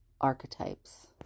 Archetypes